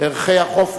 ערכי החופש,